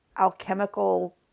alchemical